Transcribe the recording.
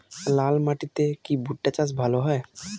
লাল মাটিতে কি ভুট্টা চাষ ভালো হয়?